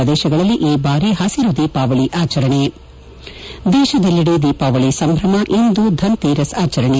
ಪ್ರದೇಶಗಳಲ್ಲಿ ಈ ಬಾರಿ ಹಸಿರು ದೀಪಾವಳಿ ಆಚರಣೆ ದೇಶದೆಲ್ಲಡೆ ದೀಪಾವಳಿ ಸಂಭ್ರಮ ಇಂದು ಧನ್ ತೇರಸ್ ಆಚರಣೆ